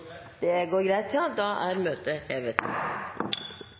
Det går greit! Det går greit, ja! Da er møtet hevet.